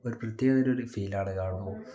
ഒരു പ്രത്യേകതര ഒരു ഫീലാണ് കാണുമ്പോൾ